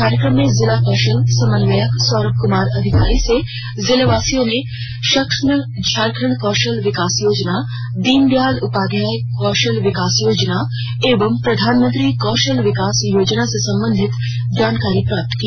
कार्यक्रम में जिला कौशल समन्वयक सौरम कमार अधिकारी से जिलेवासियों ने सक्षम झारखंड कौशल विकास योजना दीनदयाल उपाध्याय कौशल विकास योजना एवं प्रधान मंत्री कौशल विकास योजना से संबंधित जानकारी प्राप्त की